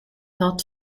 not